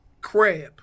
Crab